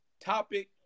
Topic